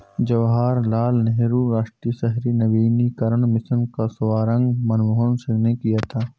जवाहर लाल नेहरू राष्ट्रीय शहरी नवीकरण मिशन का शुभारम्भ मनमोहन सिंह ने किया था